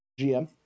GM